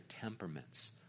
temperaments